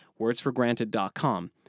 wordsforgranted.com